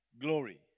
Glory